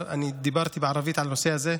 הזה,